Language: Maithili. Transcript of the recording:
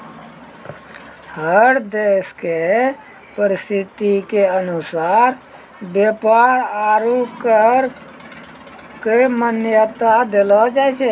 हर देश के परिस्थिति के अनुसार व्यापार आरू कर क मान्यता देलो जाय छै